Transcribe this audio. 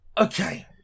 Okay